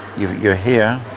you're you're here.